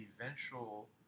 eventual